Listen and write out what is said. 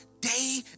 day